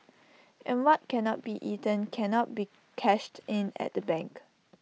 and what cannot be eaten cannot be cashed in at the bank